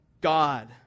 God